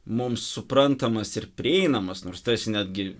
mums suprantamas ir prieinamas nors tas netgi